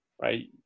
right